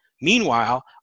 Meanwhile